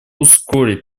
ускорить